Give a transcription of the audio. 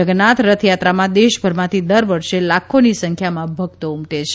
જગન્નાથ રથયાત્રામાં દેશભરમાંથી દર વર્ષે લાખોની સંખ્યામાં ભક્તો ઉમટે છે